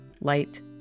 light